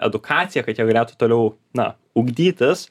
edukaciją kad jie galėtų toliau na ugdytis